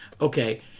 okay